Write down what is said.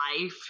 life